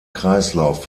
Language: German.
kreislauf